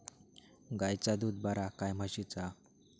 गायचा दूध बरा काय म्हशीचा?